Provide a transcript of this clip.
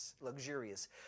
luxurious